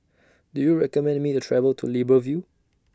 Do YOU recommend Me to travel to Libreville